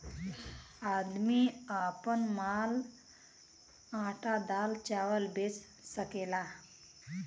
आदमी आपन माल आटा दाल चावल बेच सकेला